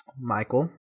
Michael